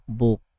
book